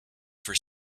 for